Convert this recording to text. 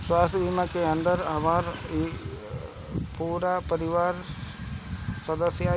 स्वास्थ्य बीमा के अंदर हमार पूरा परिवार का सदस्य आई?